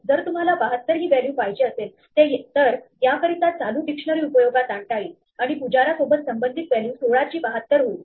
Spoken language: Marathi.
जर तुम्हाला 72 ही व्हॅल्यू पाहिजे असेल तर याकरिता चालू डिक्शनरी उपयोगात आणता येईल आणि पुजारा सोबत संबंधित व्हॅल्यू 16 ची 72 होईल